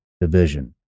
division